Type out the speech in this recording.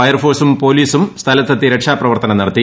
fire ഫോഴ്സും പൊലീസും സ്ഥലത്തെത്തി രക്ഷാപ്രവർത്തനം നടത്തി